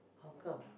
how come